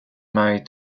married